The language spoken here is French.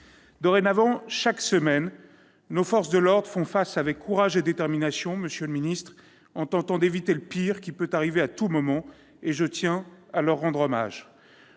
Dorénavant, chaque semaine, nos forces de l'ordre font face, avec courage et détermination, en tentant d'éviter le pire, qui peut arriver à tout moment. Je tiens à leur rendre hommage,